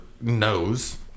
knows